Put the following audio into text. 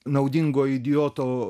naudingo idioto